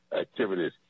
activities